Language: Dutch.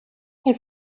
hij